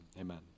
Amen